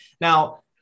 Now